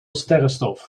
sterrenstof